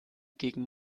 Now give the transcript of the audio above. gegen